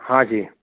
હા જી